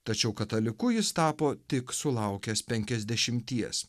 tačiau kataliku jis tapo tik sulaukęs penkiasdešimties